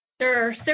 Sure